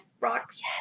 rocks